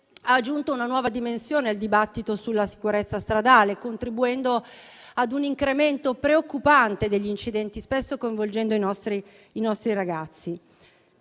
ha aggiunto una nuova dimensione al dibattito sulla sicurezza stradale, contribuendo ad un incremento preoccupante degli incidenti, spesso coinvolgendo i nostri ragazzi.